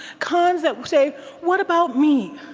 cons that say, what about me?